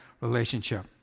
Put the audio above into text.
relationship